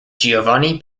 giovanni